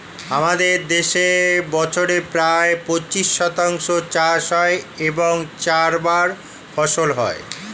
আমাদের দেশে বছরে প্রায় পঁচিশ শতাংশ চাষ হয় এবং চারবার ফসল হয়